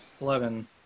Eleven